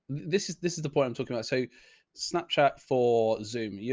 this is, this is the point i'm talking about. so snapchat for zoom, yeah